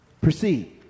proceed